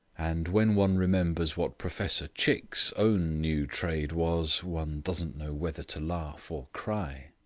and when one remembers what professor chick's own new trade was, one doesn't know whether to laugh or cry.